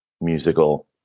musical